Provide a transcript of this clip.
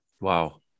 Wow